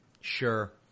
Sure